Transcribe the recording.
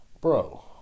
bro